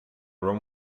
room